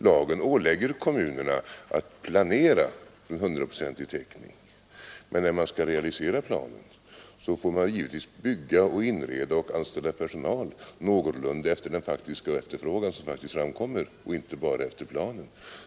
Lagen ålägger kommunerna att planera med hundraprocentig täckning, men när man skall realisera planerna får man givetvis bygga, inreda och anställa personal någorlunda efter den faktiska efterfrågan och inte bara efter planen.